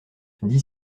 dix